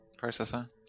processor